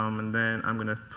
um and then i'm going to